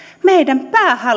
meidän